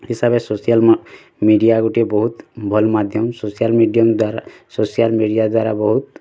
ହିସାବେ social media ଗୁଟେ ବହୁତ ଭଲ୍ ମାଧ୍ୟମ ସୋସିଆଲ୍ ମିଡ଼ିଅମ୍ ଦ୍ଵାରା ସୋସିଆଲ୍ ମିଡ଼ିଆ ଦ୍ଵାରା ବହୁତ